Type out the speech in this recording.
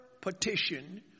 petition